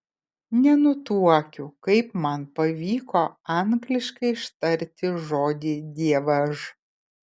nenutuokiu kaip man pavyko angliškai ištarti žodį dievaž